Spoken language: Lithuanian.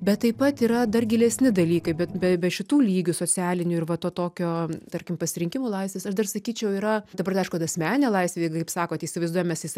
bet taip pat yra dar gilesni dalykai bet be be šitų lygių socialinių ir va to tokio tarkim pasirinkimų laisvės aš dar sakyčiau yra dabar dar aišku kad asmeninė laisvė jeigu kaip sakot įsivaizduojam mes